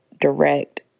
direct